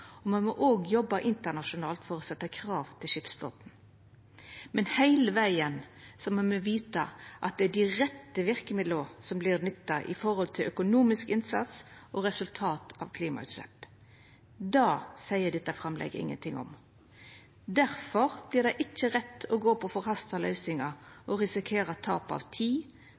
og me må òg jobba internasjonalt for å stilla krav til skipsflåten. Men heile vegen må me vita at det er dei rette verkemidla som vert nytta når det gjeld økonomisk innsats og resultat av klimagassutslepp. Det seier dette framlegget ingenting om. Difor vert det ikkje rett å gå på forhasta løysingar og risikera tap av tid,